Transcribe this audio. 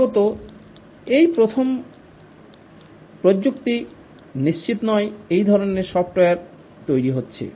সম্ভবত এই প্রথম প্রযুক্তি নিশ্চিত নয় এই ধরনের সফটওয়্যার তৈরি হচ্ছে